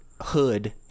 hood